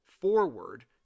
forward